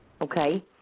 okay